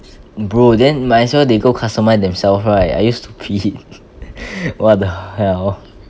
bro then might as well they go customise themself right are you stupid what the hell